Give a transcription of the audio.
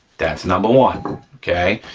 that's number one, okay?